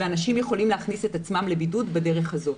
ואנשים יכולים להכניס את עצמם לבידוד בדרך הזאת.